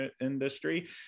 industry